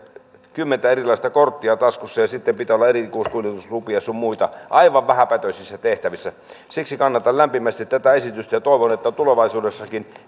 kymmentä erilaista korttia taskussa ja sitten pitää olla erikoiskuljetuslupia sun muita aivan vähäpätöisissä tehtävissä siksi kannatan lämpimästi tätä esitystä ja toivon että tulevaisuudessakin